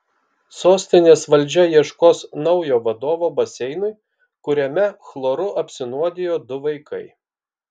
sostinės valdžia ieškos naujo vadovo baseinui kuriame chloru apsinuodijo du vaikai